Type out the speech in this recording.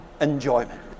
enjoyment